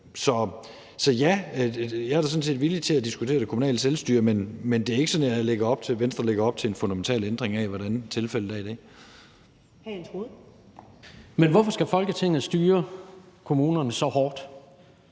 Så ja, jeg er da sådan set villig til at diskutere det kommunale selvstyre, men det er ikke sådan, at Venstre lægger op til en fundamental ændring i forhold til, hvordan det er i dag. Kl. 10:36 Første næstformand (Karen